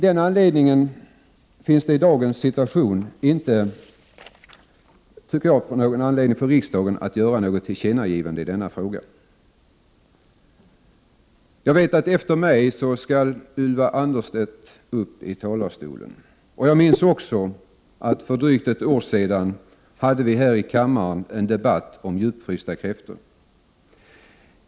Därför finns det i dagens situation inte någon anledning för riksdagen att göra tillkännagivande i frågan. För drygt ett år sedan hade vi här i kammaren en debatt om djupfrysta kräftor.